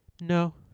No